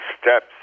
steps